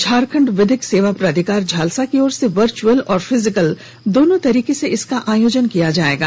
झारखंड विधिक सेवा प्राधिकार झालसा की ओर से वर्च्अल और फिजिकल दोनों तरीके से इसका आयोजन किया जाएगा